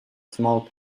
small